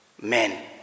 men